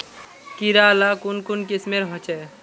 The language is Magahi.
कीड़ा ला कुन कुन किस्मेर होचए?